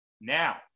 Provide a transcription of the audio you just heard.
now